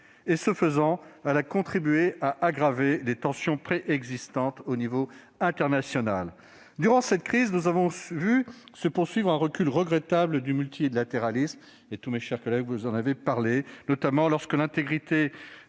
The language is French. et, ce faisant, a contribué à aggraver les tensions préexistantes sur la scène internationale. Durant cette crise, nous avons vu se poursuivre un recul regrettable du multilatéralisme- tous, ici, vous en avez parlé -, notamment lorsque l'intégrité